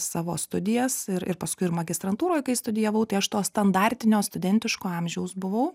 savo studijas ir ir paskui ir magistrantūroj kai studijavau tai aš to standartinio studentiško amžiaus buvau